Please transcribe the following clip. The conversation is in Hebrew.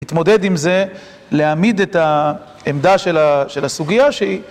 להתמודד עם זה, להעמיד את העמדה של הסוגיה שהיא